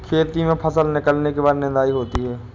खेती में फसल निकलने के बाद निदाई होती हैं?